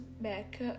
back